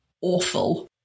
awful